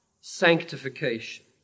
sanctification